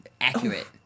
accurate